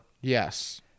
yes